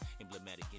emblematic